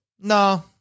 no